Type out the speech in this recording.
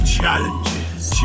Challenges